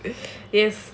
yes